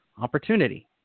opportunity